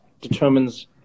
determines